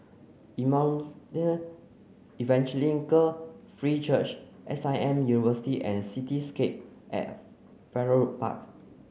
Emmanuel Evangelical Free Church S I M University and Cityscape at Farrer Park